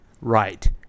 Right